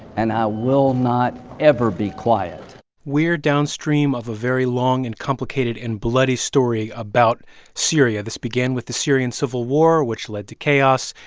and i will not ever be quiet we're downstream of a very long and complicated and bloody story about syria. this began with the syrian civil war, which led to chaos,